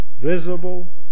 visible